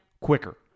quicker